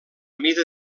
mida